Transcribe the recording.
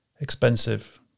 expensive